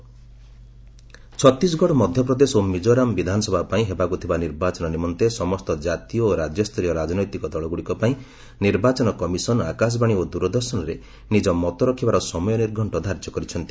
EC broadcast time Chhattisgarh Madhya Pradesh ଓ ମିକୋରାମ ବିଧାନସଭା ପାଇଁ ହେବାକୁ ଥିବା ନିର୍ବାଚନ ନିମନ୍ତେ ସମସ୍ତ କାତୀୟ ଓ ରାଜ୍ୟସ୍ତରୀୟ ରାଜନୈତିକ ଦଳଗୁଡ଼ିକ ପାଇଁ ନିର୍ବାଚନ କମିଶନ ଆକାଶବାଣୀ ଓ ଦୂରଦର୍ଶନରେ ନିଜ ମତ ରଖିବାର ସମୟ ନିର୍ଘକ୍ଟ ଧାର୍ଯ୍ୟ କରିଛନ୍ତି